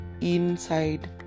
inside